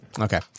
Okay